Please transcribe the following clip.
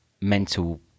mental